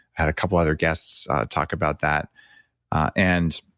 had a couple other guests talk about that and